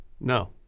No